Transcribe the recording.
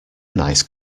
nice